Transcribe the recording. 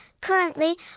Currently